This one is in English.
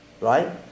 right